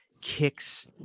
kicks